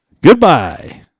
Goodbye